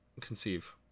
conceive